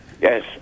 Yes